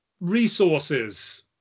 Resources